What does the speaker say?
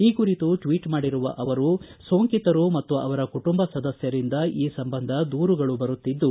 ಈ ಕುರಿತು ಟ್ವೀಟ್ ಮಾಡಿರುವ ಅವರು ಸೋಂಕಿತರು ಮತ್ತು ಅವರ ಕುಟುಂಬ ಸದಸ್ಕರಿಂದ ಈ ಸಂಬಂಧ ದೂರುಗಳು ಬರುತ್ತಿದ್ದು